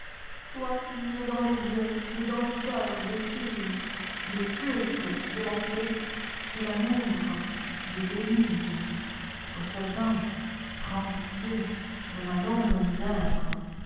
toi qui mets dans les yeux et dans le cœur des fillesle culte de la plaie et tamour des guenilles au satin prends pitié de ma longue misère